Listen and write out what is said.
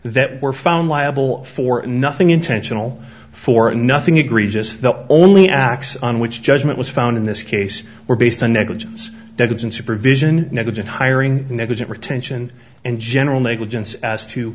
that were found liable for nothing intentional for a nothing egregious the only acts on which judgment was found in this case were based on negligence dogs and supervision negligent hiring negligent retention and general negligence as